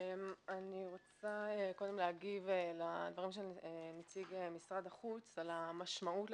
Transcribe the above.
אני רוצה קודם להגיב לדברים של נציג משרד החוץ על המשמעות,